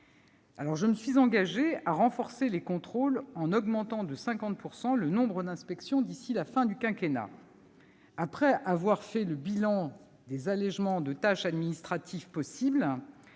Je me suis engagée à renforcer les contrôles une augmentation de 50 % du nombre d'inspections d'ici à la fin du quinquennat. Après avoir fait le bilan des possibilités d'allégements de tâches administratives,